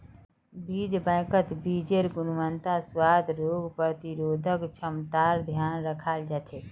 बीज बैंकत बीजेर् गुणवत्ता, स्वाद, रोग प्रतिरोधक क्षमतार ध्यान रखाल जा छे